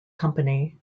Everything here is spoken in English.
company